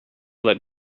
that